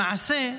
למעשה,